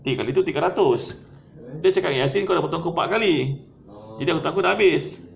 eh kalau gitu tiga ratus dia cakap dengan yasin kau dah potong empat kali jadi untuk aku dah habis